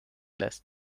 last